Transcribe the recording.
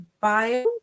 bio